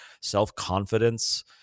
self-confidence